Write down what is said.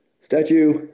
Statue